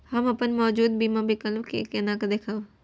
हम अपन मौजूद बीमा विकल्प के केना देखब?